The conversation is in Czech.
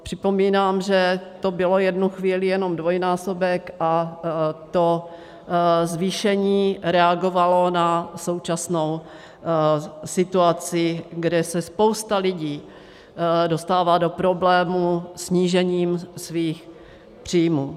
Připomínám, že to byl v jednu chvíli jenom dvojnásobek a to zvýšení reagovalo na současnou situaci, kde se spousta lidí dostává do problémů snížením svých příjmů.